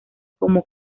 como